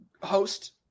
host